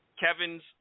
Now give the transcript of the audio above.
Kevin's